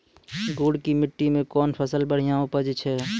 गुड़ की मिट्टी मैं कौन फसल बढ़िया उपज छ?